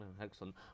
Excellent